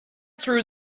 through